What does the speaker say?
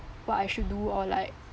what I should do or like